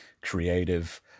creative